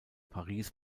paris